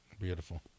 Beautiful